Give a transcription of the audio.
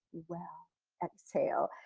well exhale.